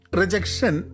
rejection